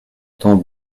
temps